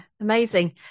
amazing